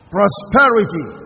prosperity